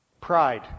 Pride